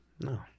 No